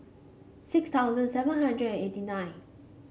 six thousand seven hundred and eighty nine